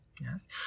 yes